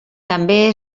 també